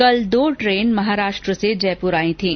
कल दो रेल महाराष्ट्र से जयपुर आयी थीं